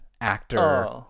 actor